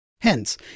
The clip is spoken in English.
Hence